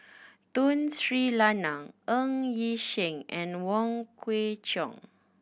Tun Sri Lanang Ng Yi Sheng and Wong Kwei Cheong